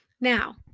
Now